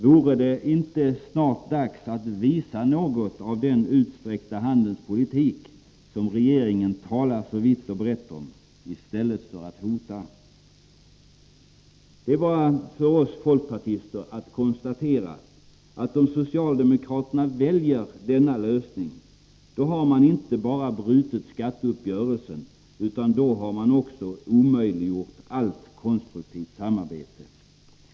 Vore det inte snart dags att visa något av den utsträckta handens politik som regeringen talar så vitt och brett om i stället för att hota? Det är bara för oss folkpartister att konstatera att om socialdemokraterna väljer denna lösning, då har de inte bara brutit skatteuppgörelsen utan också omöjliggjort allt konstruktivt samarbete.